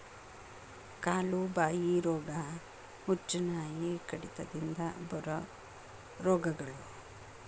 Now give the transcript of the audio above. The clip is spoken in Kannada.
ಕಾಲು ಬಾಯಿ ರೋಗಾ, ಹುಚ್ಚುನಾಯಿ ಕಡಿತದಿಂದ ಬರು ರೋಗಗಳು